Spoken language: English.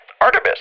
Artemis